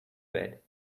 bed